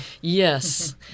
Yes